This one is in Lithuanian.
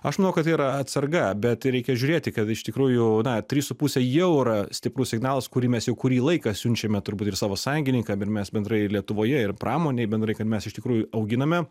aš manau kad tai yra atsarga bet reikia žiūrėti kad iš tikrųjų na trys su puse jau yra stiprus signalas kurį mes jau kurį laiką siunčiame turbūt ir savo sąjungininkam ir mes bendrai lietuvoje ir pramonei bendrai kad mes iš tikrųjų auginame